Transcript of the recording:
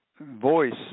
voice